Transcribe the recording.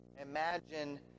Imagine